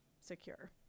secure